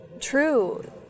true